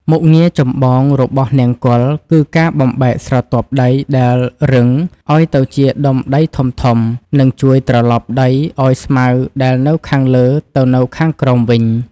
មុខងារចម្បងរបស់នង្គ័លគឺការបំបែកស្រទាប់ដីដែលរឹងឱ្យទៅជាដុំដីធំៗ និងជួយត្រឡប់ដីឱ្យស្មៅដែលនៅខាងលើទៅនៅខាងក្រោមវិញ។